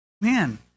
Man